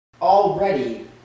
already